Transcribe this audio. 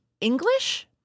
English